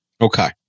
Okay